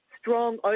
strong